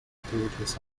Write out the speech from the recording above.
activities